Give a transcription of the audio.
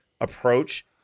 approach